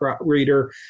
reader